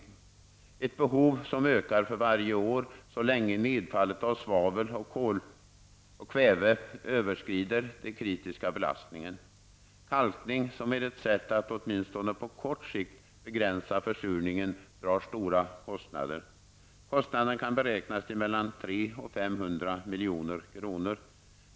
Det är ett behov som ökar för varje år så länge nedfallet av svavel och kväve överskrider den kritiska belastningen. Kalkningen, som är ett sätt att åtminstone på kort sikt begränsa försurningen, drar stora kostnader. Kostnaderna kan beräknas till mellan 300 och 500 milj.kr.